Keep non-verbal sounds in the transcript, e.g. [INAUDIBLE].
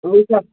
[UNINTELLIGIBLE]